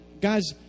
guys